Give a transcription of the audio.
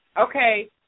okay